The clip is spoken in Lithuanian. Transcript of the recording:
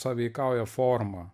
sąveikauja forma